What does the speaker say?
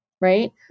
right